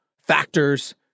factors